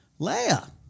Leia